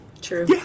true